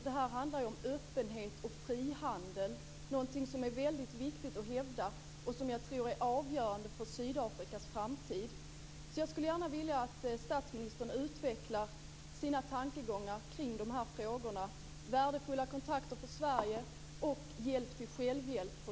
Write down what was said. Det handlar ju om öppenhet och frihandel, något som jag tror att det är väldigt viktigt att hävda och som jag tror är avgörande för Sydafrikas framtid. Jag skulle alltså gärna vilja att statsministern utvecklade sina tankegångar kring de här frågorna - alltså detta med värdefulla kontakter för Sverige och hjälp till självhjälp för